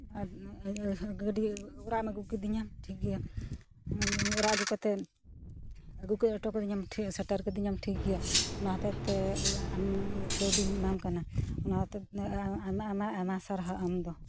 ᱟᱨ ᱜᱟᱹᱰᱤ ᱚᱲᱟᱜ ᱮᱢ ᱟᱹᱜᱩ ᱠᱤᱫᱤᱧᱟ ᱴᱷᱤᱠᱜᱮᱭᱟ ᱤᱭᱟᱹ ᱚᱲᱟᱜ ᱟᱹᱜᱩ ᱠᱟᱛᱮ ᱟᱹᱜᱩ ᱦᱚᱴᱚ ᱠᱟᱹᱫᱤᱧᱟᱢ ᱥᱮᱴᱮᱨ ᱦᱚᱴᱚ ᱠᱟᱹᱫᱤᱧᱟᱢ ᱴᱷᱤᱠ ᱜᱮᱭᱟ ᱚᱱᱟ ᱦᱚᱛᱮᱫ ᱛᱮ ᱟᱢ ᱠᱟᱹᱣᱰᱤᱧ ᱮᱢᱟᱢ ᱠᱟᱱᱟ ᱚᱱᱟ ᱦᱚᱛᱮᱫ ᱛᱮ ᱟᱭᱢᱟ ᱟᱭᱢᱟ ᱟᱭᱢᱟ ᱥᱟᱨᱦᱟᱣ ᱟᱢ ᱫᱚ